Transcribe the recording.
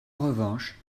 revanche